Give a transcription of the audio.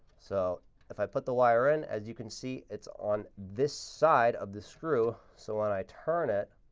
so if i put the wire in, as you can see, it's on this side of the screw. so when i turn it,